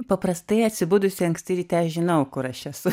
paprastai atsibudusi anksti ryte aš žinau kur aš esu